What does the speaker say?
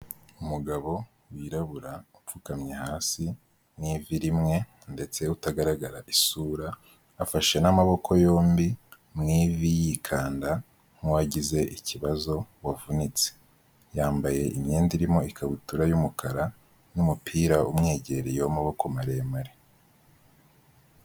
Umugabo wirabura upfukamye hasi n'ivi imwe ndetse utagaragara isura, afashe n'amaboko yombi mu ivi yikanda nk'uwagize ikibazo wavunitse. Yambaye imyenda irimo ikabutura y'umukara n'umupira umwegereye w'amaboko maremare.